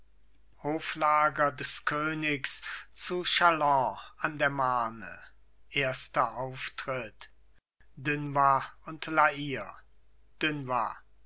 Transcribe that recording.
hoflager des königs zu chalons an der marne erster auftritt dunois und la hire dunois